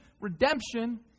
redemption